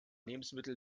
lebensmittel